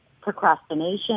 procrastination